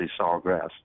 Sawgrass